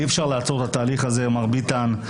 אי-אפשר לעצור את התהליך הזה, מר ביטן.